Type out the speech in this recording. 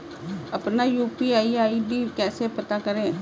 अपना UPI ID कैसे पता करें?